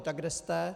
Tak kde jste?